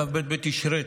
כ"ב בתשרי,